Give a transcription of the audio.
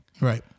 Right